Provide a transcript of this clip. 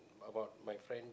about my friend